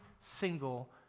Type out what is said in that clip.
single